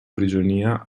prigionia